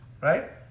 Right